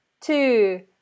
two